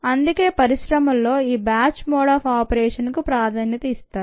అందుకే పరిశ్రమల్లో ఈ బ్యాచ్ మోడ్ ఆఫ్ ఆపరేషన్ కు ప్రాధాన్యత ఇస్తారు